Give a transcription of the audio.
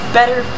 better